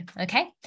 Okay